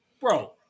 Bro